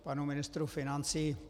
K panu ministru financí.